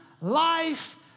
life